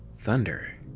thunder?